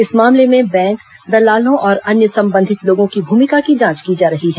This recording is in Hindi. इस मामले में बैंक दलालों और अन्य संबंधित लोगों के भूमिका की जांच की जा रही है